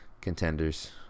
contenders